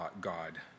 God